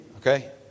okay